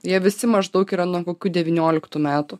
jie visi maždaug yra nuo kokių devynioliktų metų